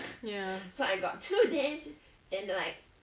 ya